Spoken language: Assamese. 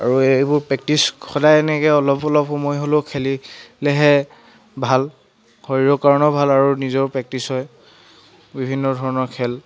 আৰু এইবোৰ প্ৰেক্টিচ সদায় এনেকৈ অলপ অলপ সময় হ'লেও খেলিলেহে ভাল শৰীৰৰ কাৰণেও ভাল আৰু নিজৰ প্ৰেক্টিচ হয় বিভিন্ন ধৰণৰ খেল